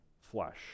flesh